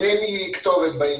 הישנות.